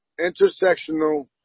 intersectional